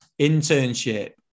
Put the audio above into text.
internship